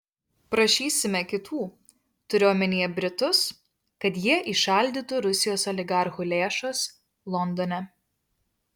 prašysime kitų turiu omenyje britus kad jie įšaldytų rusijos oligarchų lėšas londone